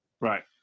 Right